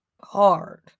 hard